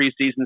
preseason